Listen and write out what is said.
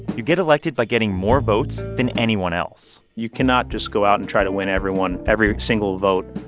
you get elected by getting more votes than anyone else you cannot just go out and try to win everyone, every single vote.